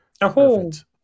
perfect